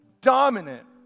dominant